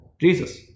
Jesus